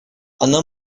она